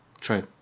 true